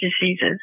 diseases